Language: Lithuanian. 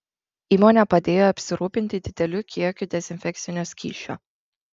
įmonė padėjo apsirūpinti dideliu kiekiu dezinfekcinio skysčio